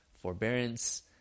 forbearance